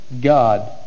God